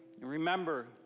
Remember